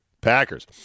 Packers